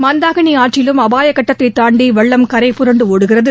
மந்தாகினி ஆற்றிலும் அபாயகட்டத்தை தாண்டி வெள்ளம் கரைபுரண்டு ஒடுகிறது